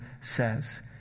says